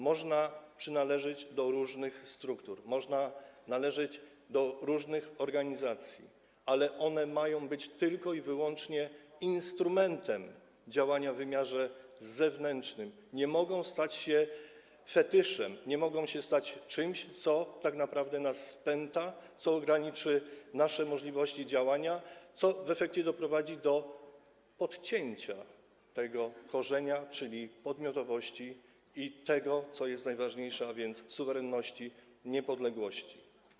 Można przynależeć do różnych struktur, można należeć do różnych organizacji, ale one mają być tylko i wyłącznie instrumentem działania w wymiarze zewnętrznym, nie mogą stać się fetyszem, nie mogą się stać czymś, co tak naprawdę nas spęta, co ograniczy nasze możliwości działania, co w efekcie doprowadzi do podcięcia tego korzenia, czyli podmiotowości i tego, co jest najważniejsze, a więc suwerenności, niepodległości.